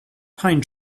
pine